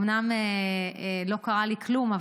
אומנם לא קרה לי כלום,